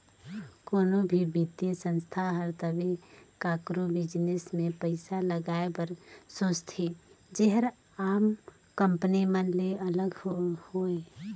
कोनो भी बित्तीय संस्था हर तबे काकरो बिजनेस में पइसा लगाए बर सोंचथे जेहर आम कंपनी मन ले अलगे होए